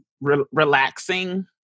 relaxing